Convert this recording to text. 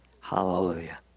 Hallelujah